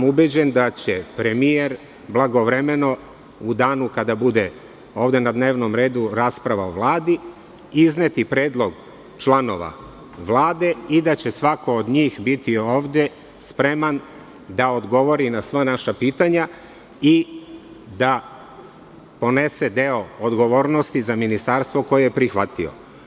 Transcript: Ubeđen sam da će premijer blagovremeno u danu kada bude ovde na dnevnom redu rasprava o Vladi izneti predlog članova Vlade i da će svako od njih biti ovde spreman da odgovori na sva naša pitanja i da ponese deo odgovornosti za ministarstvo koje prihvata.